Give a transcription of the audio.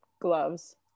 gloves